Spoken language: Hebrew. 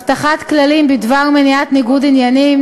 הבטחת כללים בדבר מניעת ניגוד עניינים